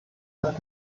hat